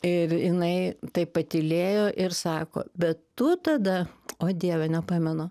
ir jinai taip patylėjo ir sako bet tu tada o dieve nepamenu